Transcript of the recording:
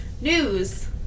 News